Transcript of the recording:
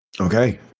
Okay